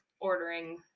ordering